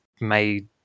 made